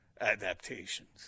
adaptations